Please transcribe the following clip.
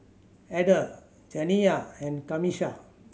Ada Janiyah and Camisha